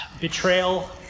betrayal